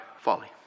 folly